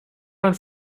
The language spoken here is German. man